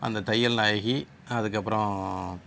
அந்த தையல்நாயகி அதுக்கப்புறம்